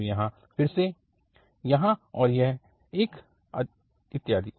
तो यहाँ फिर से यहाँ और यह एक इत्यादि